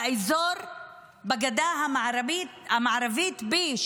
בגדה המערבית B,